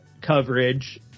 coverage